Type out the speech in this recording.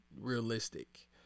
realistic